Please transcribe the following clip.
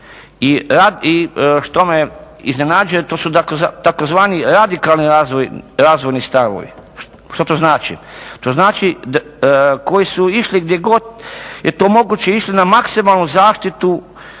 i što me iznenađuje to su tzv. radikalni razvojni stavovi. Što to znači? To znači koji su išli gdje god je to moguće išli na maksimalnu zaštitu